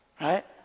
right